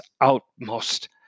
outmost